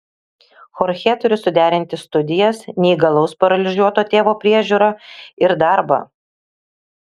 chorchė turi suderinti studijas neįgalaus paralyžiuoto tėvo priežiūrą ir darbą